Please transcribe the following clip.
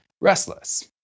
restless